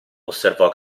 osservò